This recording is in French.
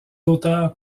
auteurs